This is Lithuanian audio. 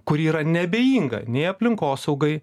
kuri yra neabejinga nei aplinkosaugai